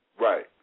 Right